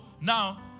now